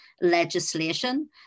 legislation